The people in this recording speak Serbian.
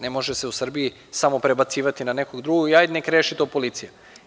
Ne može se u Srbiji samo prebacivati na nekog drugog i hajde neka reši to policija.